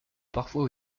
parfois